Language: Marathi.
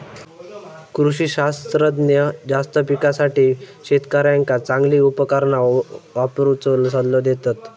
कृषी शास्त्रज्ञ जास्त पिकासाठी शेतकऱ्यांका चांगली उपकरणा वापरुचो सल्लो देतत